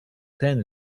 ten